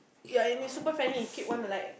ya and he's super friendly keep wanna like